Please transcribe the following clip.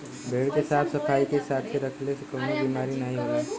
भेड़ के साफ सफाई के साथे रखले से कउनो बिमारी नाहीं होला